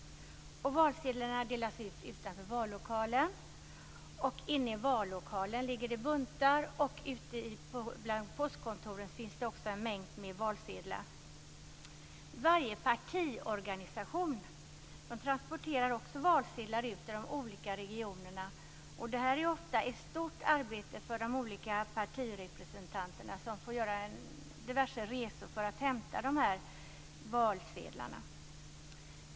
Valsedlarna delas ut utanför vallokalen, och inne i vallokalen ligger det buntar. Också på postkontoren finns en mängd valsedlar. Varje partiorganisation transporterar också ut valsedlar till de olika regionerna. Det här är ofta ett stort arbete för de olika partirepresentanter som får göra diverse resor för att hämta valsedlarna.